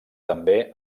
també